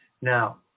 Now